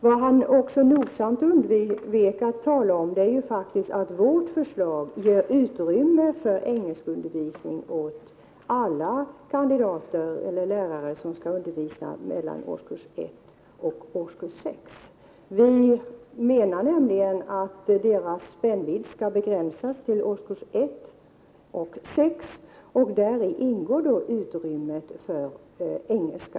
Vad han nogsamt undvek att tala om är att vårt förslag faktiskt också ger utrymme för engelskundervisning åt alla lärare som skall undervisa mellan årskurs 1 och årskurs 6. Vi menar nämligen att deras spännvidd skall begränsas till att omfatta årskurserna 1—6, och däri ingår utrymmet för engelska.